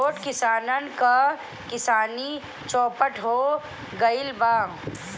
छोट किसानन क किसानी चौपट हो गइल बा